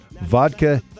vodka